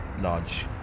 large